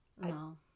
No